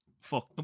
fuck